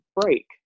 break